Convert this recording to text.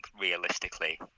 realistically